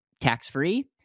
tax-free